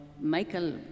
Michael